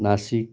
Nashik